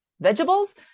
vegetables